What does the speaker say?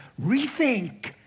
rethink